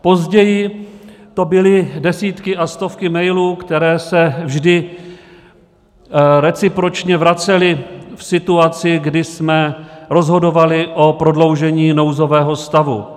Později to byly desítky a stovky mailů, které se vždy recipročně vracely v situaci, kdy jsme rozhodovali o prodloužení nouzového stavu.